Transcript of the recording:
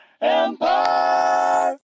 Empire